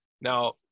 Now